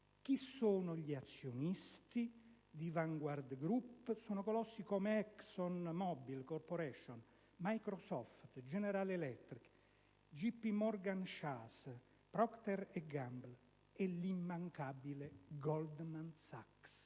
Chi sono gli azionisti di Vanguard Group? Sono colossi come Exxon Mobil Corporation, Microsoft, General Electric, J.P. Morgan Chase, Procter & Gamble e l'immancabile Goldman Sachs.